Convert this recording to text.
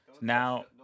Now